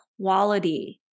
quality